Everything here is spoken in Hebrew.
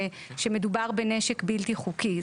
שמדובר בנשק בלתי חוקי,